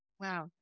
Wow